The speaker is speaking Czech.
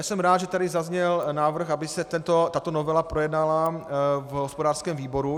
Jsem rád, že tady zazněl návrh, aby se tato novela projednala v hospodářském výboru.